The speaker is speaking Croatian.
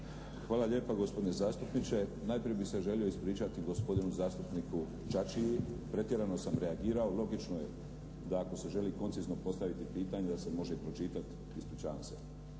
Hvala lijepa gospodine zastupniče. Najprije bih se želio ispričati gospodinu zastupniku Čačiji. Pretjerano sam reagirao, logično je da ako se želi koncizno postaviti pitanje da se može i pročitat, ispričavam se.